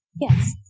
Yes